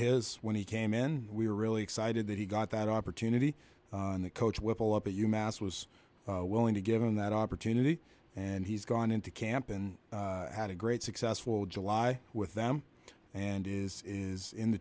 his when he came in we were really excited that he got that opportunity on the coach whipple up at u mass was willing to give him that opportunity and he's gone into camp and had a great successful july with them and is in the